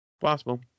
Possible